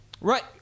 Right